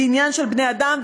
זה עניין של בני-אדם,